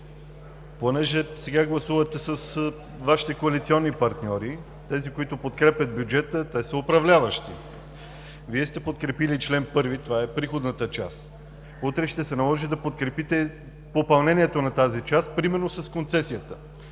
кратък. Сега гласувате с Вашите коалиционни партньори – тези, които подкрепят бюджета, те са управляващи. Вие сте подкрепили чл. 1 – това е приходната част. Утре ще се наложи да подкрепите попълнението на тази част, примерно с концесията.